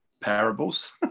parables